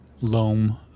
loam